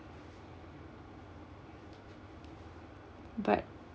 but